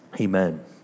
amen